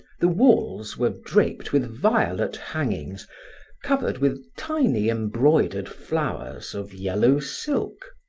the walls were draped with violet hangings covered with tiny embroidered flowers of yellow silk.